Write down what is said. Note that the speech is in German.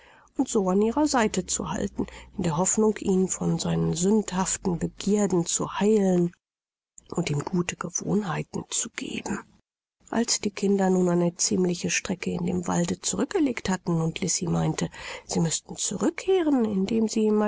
und so an ihrer seite zu halten in der hoffnung ihn von seinen sündhaften begierden zu heilen und ihm gute gewohnheiten zu geben buntbild das große abenteuer als die kinder nun eine ziemliche strecke in dem walde zurückgelegt hatten und lisi meinte sie müßten zurückkehren indem sie